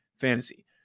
fantasy